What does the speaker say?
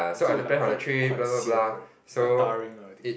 ya so you're like quite quite sian right quite tiring ah I think